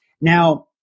Now